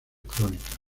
crónicas